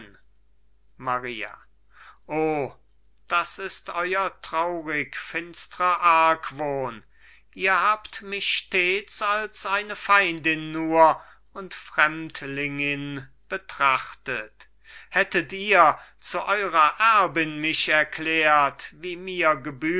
maria oh das ist euer traurig finstrer argwohn ihr habt mich stets als eine feindin nur und fremdlingin betrachtet hättet ihr zu eurer erbin mich erklärt wie mir